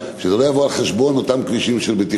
שזה לא יבוא על חשבון אותם פרויקטים של בטיחות,